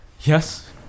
yes